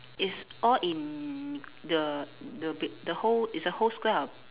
it's all in the the the whole it's a whole square of